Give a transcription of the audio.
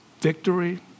victory